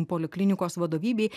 poliklinikos vadovybei